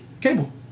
Cable